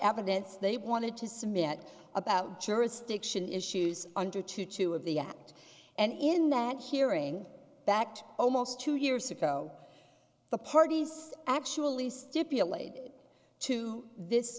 evidence they wanted to submit about jurisdiction issues under to two of the act and in that hearing backed almost two years ago the parties actually stipulated to this